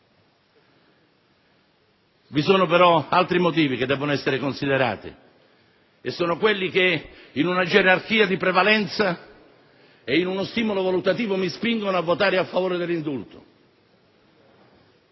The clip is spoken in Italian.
Vi sono però altri motivi che debbono essere considerati e che, in una gerarchia di prevalenza e in uno stimolo valutativo, mi inducono a votare a favore dell'indulto: